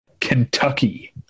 Kentucky